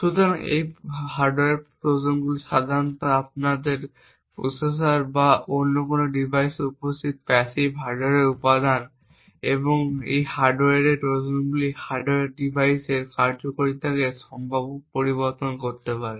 সুতরাং এই হার্ডওয়্যার ট্রোজানগুলি সাধারণত আপনার প্রসেসর বা অন্য কোনও ডিভাইসে উপস্থিত প্যাসিভ হার্ডওয়্যার উপাদান এবং এই হার্ডওয়্যার ট্রোজানগুলি হার্ডওয়্যার ডিভাইসের কার্যকারিতাকে সম্ভাব্যভাবে পরিবর্তন করতে পারে